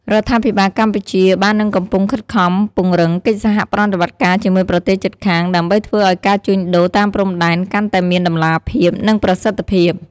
រដ្ឋាភិបាលកម្ពុជាបាននិងកំពុងខិតខំ ពង្រឹងកិច្ចសហប្រតិបត្តិការ ជាមួយប្រទេសជិតខាង ដើម្បីធ្វើឱ្យការជួញដូរតាមព្រំដែនកាន់តែមានតម្លាភាព និងប្រសិទ្ធភាព។